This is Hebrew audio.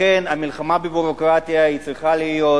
לכן, המחאה בדמוקרטיה צריכה להיות.